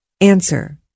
Answer